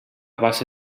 base